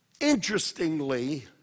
Interestingly